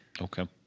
Okay